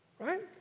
right